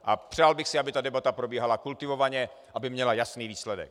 A přál bych si, aby debata probíhala kultivovaně, aby měla jasný výsledek.